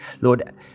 Lord